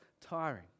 tiring